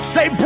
Say